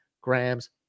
grams